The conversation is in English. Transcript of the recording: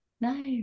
no